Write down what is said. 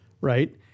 right